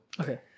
Okay